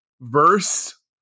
verse